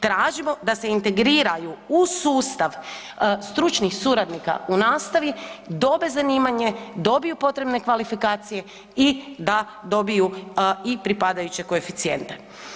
Tražimo da se integriraju u sustav stručnih suradnika u nastavi, dobe zanimanje, dobiju potrebne kvalifikacije i da dobiju i pripadajuće koeficijente.